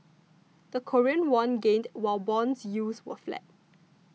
the Korean won gained while bond yields were flat